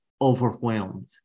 overwhelmed